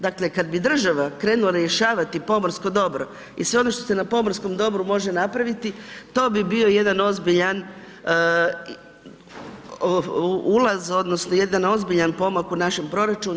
Dakle kada bi država krenula rješavati pomorsko dobro i sve ono što se na pomorskom dobru može napraviti, to bi bio jedan ozbiljan ulaz odnosno jedan ozbiljan pomak u našem proračunu.